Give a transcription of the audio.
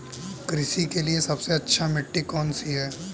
कृषि के लिए सबसे अच्छी मिट्टी कौन सी है?